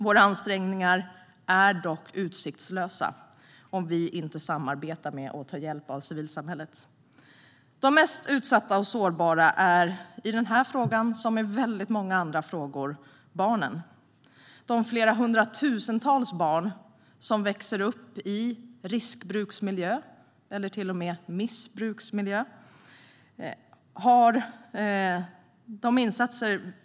Våra ansträngningar är dock utsiktslösa om vi inte samarbetar med och tar hjälp av civilsamhället. De mest utsatta och sårbara är i denna fråga som i så många andra frågor barnen - de hundratusentals barn som växer upp i riskbruksmiljö eller rent av missbruksmiljö.